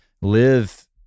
live